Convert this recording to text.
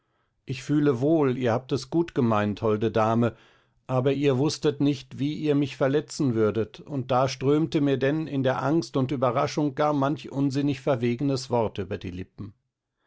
ich fühle wohl ihr habt es gut gemeint holde dame aber ihr wußtet nicht wie ihr mich verletzen würdet und da strömte mir denn in der angst und überraschung gar manch unsinnig verwegnes wort über die lippen